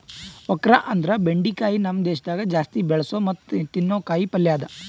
okra ಅಂದುರ್ ಬೆಂಡಿಕಾಯಿ ನಮ್ ದೇಶದಾಗ್ ಜಾಸ್ತಿ ಬೆಳಸೋ ಮತ್ತ ತಿನ್ನೋ ಕಾಯಿ ಪಲ್ಯ ಅದಾ